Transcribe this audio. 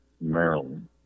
Maryland